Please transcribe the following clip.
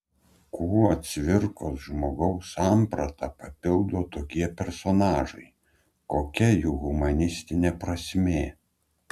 kuo cvirkos žmogaus sampratą papildo tokie personažai kokia jų humanistinė prasmė